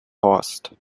horst